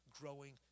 growing